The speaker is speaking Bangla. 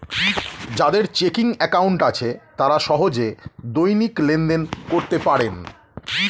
যাদের চেকিং অ্যাকাউন্ট আছে তারা সহজে দৈনিক লেনদেন করতে পারে